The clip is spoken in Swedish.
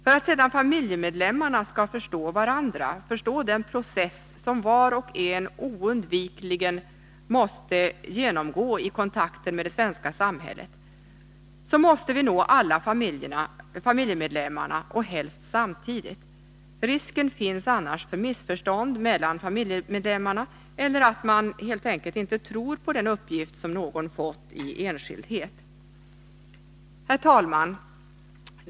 För att sedan familjemedlemmarna skall förstå varandra och förstå den process som var och en oundvikligen måste genomgå i kontakten med det svenska samhället, måste vi nå alla familjemedlemmarna — helst samtidigt. Risken finns annars för missförstånd mellan familjemedlemmarna eller för att man helt enkelt inte tror på den uppgift som någon fått i enskildhet. Herr talman!